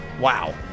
Wow